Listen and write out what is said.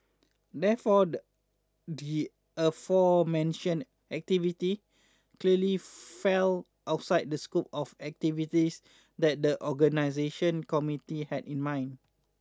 therefore the the aforementioned activities clearly fell outside of the scope of activities that the organising committee had in mind